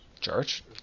Church